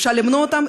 אפשר למנוע אותם,